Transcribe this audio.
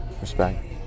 Respect